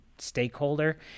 stakeholder